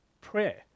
prayer